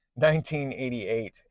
1988